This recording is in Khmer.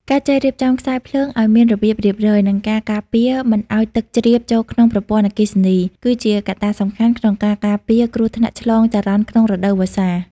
ការចេះរៀបចំខ្សែភ្លើងឱ្យមានរបៀបរៀបរយ និងការការពារមិនឱ្យទឹកជ្រាបចូលក្នុងប្រព័ន្ធអគ្គិសនី គឺជាកត្តាសំខាន់ក្នុងការការពារគ្រោះថ្នាក់ឆ្លងចរន្តក្នុងរដូវវស្សា។